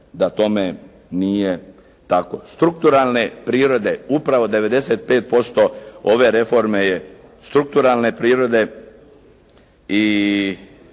da tome nije tako. Strukturalne prirode, upravo 95% ove reforme je strukturalne prirode i